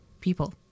People